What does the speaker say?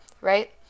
right